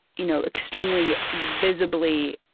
you know, extremely, visibly